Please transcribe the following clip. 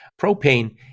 propane